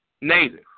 native